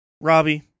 Robbie